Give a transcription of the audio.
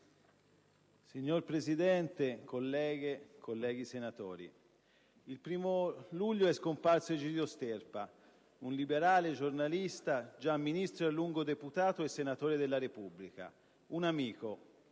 Signor Presidente, colleghe e colleghi, il 1° luglio è scomparso Egidio Sterpa: un liberale, giornalista, già Ministro e a lungo deputato e senatore della Repubblica. Un amico.